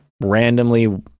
randomly